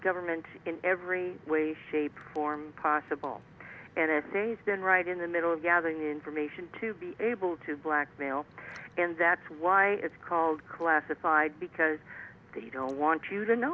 government in every way shape or form possible n s a s been right in the middle of gathering information to be able to blackmail and that's why it's called classified because they don't want you